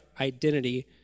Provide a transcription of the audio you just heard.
identity